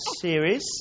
series